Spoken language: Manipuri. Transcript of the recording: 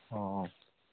ꯑꯣ